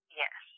yes